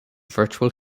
virtual